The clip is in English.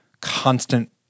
constant